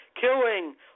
killing